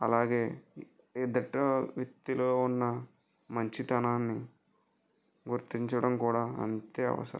అలాగే ఎదుటి వ్యక్తిలో ఉన్న మంచితనాన్ని గుర్తించడం కూడా అంతే అవసరం